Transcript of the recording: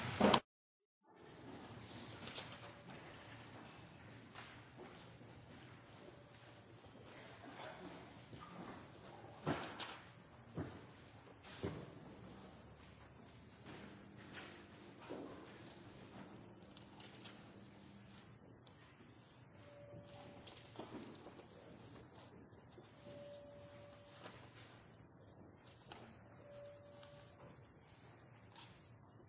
Takk, president,